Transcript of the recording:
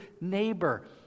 neighbor